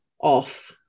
off